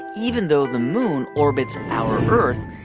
even though the moon orbits our earth,